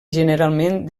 generalment